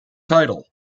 title